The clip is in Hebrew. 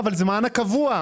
אבל זה מענק קבוע.